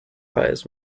eyes